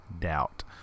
doubt